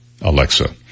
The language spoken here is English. Alexa